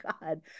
god